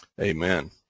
Amen